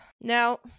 now